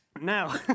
now